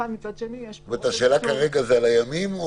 השאלה היא על הימים?